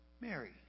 Mary